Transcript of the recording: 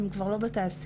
הן כבר לא בתעשייה.